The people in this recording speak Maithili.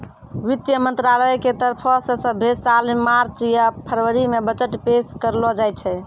वित्त मंत्रालय के तरफो से सभ्भे साल मार्च या फरवरी मे बजट पेश करलो जाय छै